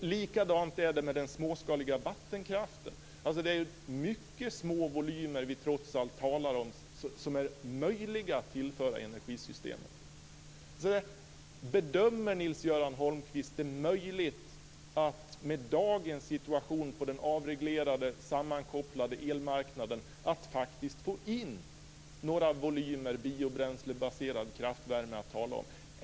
Likadant är det med den småskaliga vattenkraften. Det är alltså mycket små volymer vi talar om som är möjliga att tillföra energisystemet på det sättet. Bedömer Nils-Göran Holmqvist det som möjligt att med dagens situation på den avreglerade, sammankopplade elmarknaden få in några volymer biobränslebaserad kraftvärme att tala om?